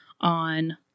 on